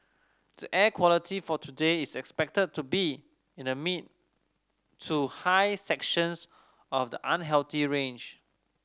the air quality for today is expected to be in the mid to high sections of the unhealthy range